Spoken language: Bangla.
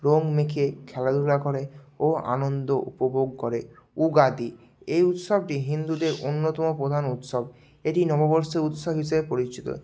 রঙ মাখিয়ে খেলাধুলা করে ও আনন্দ উপভোগ করে উগাদি এই উৎসবটি হিন্দুদের অন্যতম প্রধান উৎসব এটি নববর্ষের উৎসব হিসেবে পরিচিত